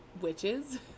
witches